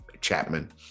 Chapman